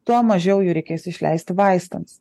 tuo mažiau jų reikės išleisti vaistams